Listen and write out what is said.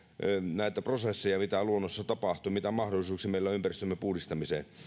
näitä prosesseja mitä luonnossa tapahtuu mitä mahdollisuuksia meillä on ympäristömme puhdistamiseen